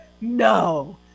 No